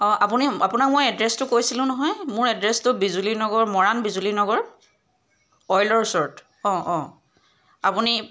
অঁ আপুনি আপোনাক মই এড্ৰেছটো কৈছিলো নহয় মোৰ এড্ৰেছটো বিজুলী নগৰ মৰাণ বিজুলী নগৰ অইলৰ ওচৰত অঁ অঁ আপুনি